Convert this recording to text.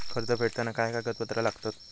कर्ज फेडताना काय काय कागदपत्रा लागतात?